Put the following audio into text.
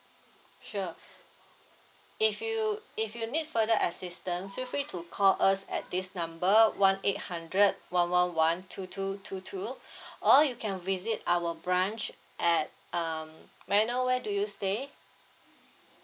sure if you if you need further assistance feel free to call us at this number one eight hundred one one one two two two two or you can visit our branch at um may I know where do you stay